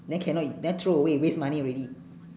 then cannot u~ then throw away waste money already